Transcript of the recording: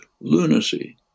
lunacy